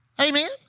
Amen